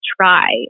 try